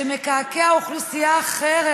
שמקעקע אוכלוסייה אחרת?